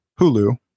hulu